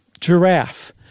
giraffe